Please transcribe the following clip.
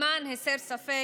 למען הסר ספק,